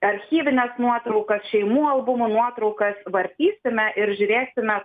archyvines nuotraukas šeimų albumų nuotraukas vartysime ir žiūrėsime